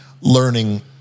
learning